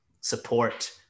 support